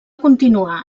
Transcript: continuar